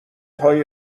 های